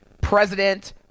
President